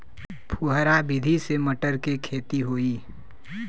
फुहरा विधि से मटर के खेती होई